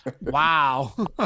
Wow